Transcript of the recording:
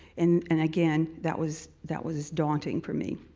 and and again, that was that was daunting for me.